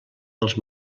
els